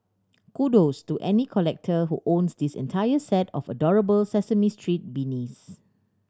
kudos to any collector who owns this entire set of adorable Sesame Street beanies